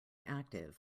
active